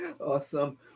awesome